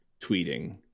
tweeting